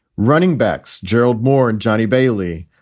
running backs gerald moore and johnny bailey,